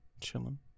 Chilling